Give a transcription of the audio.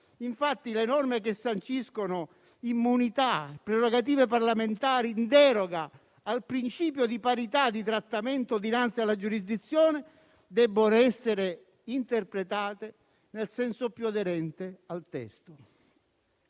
Infatti, le norme che sanciscono immunità e prerogative parlamentari in deroga al principio di parità di trattamento dinanzi alla giurisdizione debbono essere interpretate nel senso più aderente al testo.